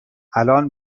الان